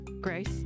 Grace